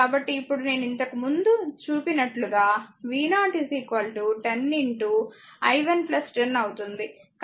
కాబట్టి ఇప్పుడు నేను ఇంతకు ముందు చూపినట్లుగా v0 10 i1 10 అవుతుంది